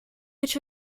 which